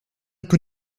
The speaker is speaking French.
que